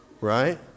right